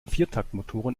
viertaktmotoren